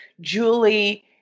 Julie